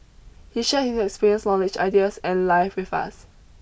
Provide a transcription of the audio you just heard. he shared his experience knowledge ideas and life with us